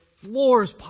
floors